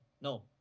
No